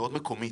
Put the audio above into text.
מאוד מקומית.